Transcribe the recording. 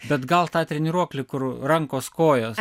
bet gal tą treniruoklį kur rankos kojos